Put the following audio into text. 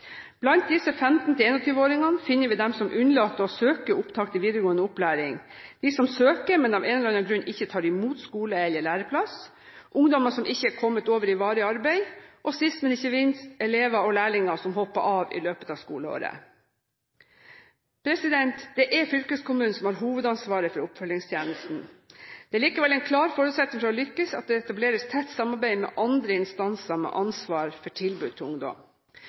Blant disse 15–21-åringene finner vi ungdom som unnlater å søke opptak til videregående opplæring, ungdom som søker, men som av en eller annen grunn ikke tar imot skole- eller læreplass, ungdom som ikke er kommet over i varig arbeid, og sist, men ikke minst, elever og lærlinger som hopper av i løpet av skoleåret. Det er fylkeskommunen som har hovedansvaret for oppfølgingstjenesten. Det er likevel en klar forutsetning for å lykkes at det etableres tett samarbeid med andre instanser med ansvar for tilbud til ungdom.